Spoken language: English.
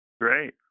Great